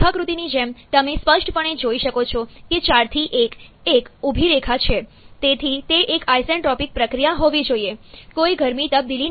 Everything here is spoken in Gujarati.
રેખાકૃતિની જેમ તમે સ્પષ્ટપણે જોઈ શકો છો કે 4 થી 1 એક ઊભી રેખા છે તેથી તે એક આઇસેન્ટ્રોપિક પ્રક્રિયા હોવી જોઈએ કોઈ ગરમી તબદીલી નથી